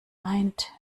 eint